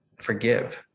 forgive